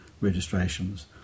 registrations